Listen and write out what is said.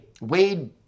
Wade